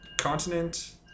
continent